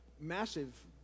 massive